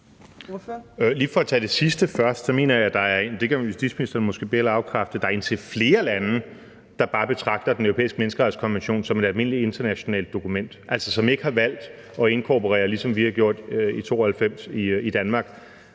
justitsministeren måske be- eller afkræfte – at der er indtil flere lande, der bare betragter Den Europæiske Menneskerettighedskonvention som et almindeligt internationalt dokument, og som ikke har valgt at inkorporere det, sådan som vi har gjort det i 1992 i Danmark.